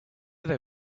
they